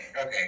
Okay